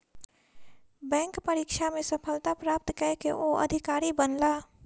bank परीक्षा में सफलता प्राप्त कय के ओ अधिकारी बनला